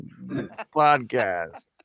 podcast